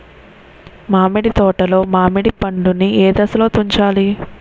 మామిడి తోటలో మామిడి పండు నీ ఏదశలో తుంచాలి?